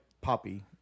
poppy